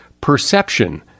Perception